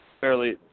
fairly